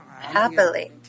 happily